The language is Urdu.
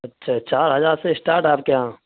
اچھا چار ہزار سے اسٹارٹ ہے آپ کے یہاں